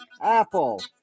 Apple